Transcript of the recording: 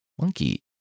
Monkey